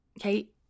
Okay